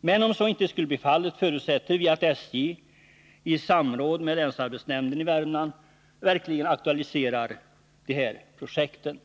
Men om så inte skulle bli fallet, förutsätter vi att SJ i samråd med länsarbetsnämnden i Värmland verkligen aktualiserar de här projekten.